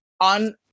on